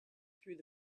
through